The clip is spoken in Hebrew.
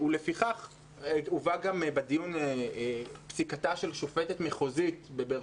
ולפי כך הובאה גם בדיון פסיקתה של שופטת מחוזית בבאר